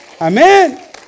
Amen